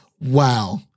wow